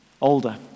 older